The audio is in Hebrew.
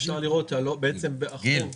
בעצם החוב --- גיל,